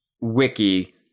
Wiki